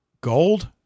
gold